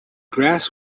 grass